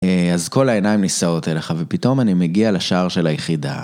אז כל העיניים נישאות אליך, ופתאום אני מגיע לשער של היחידה.